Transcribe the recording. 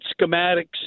schematics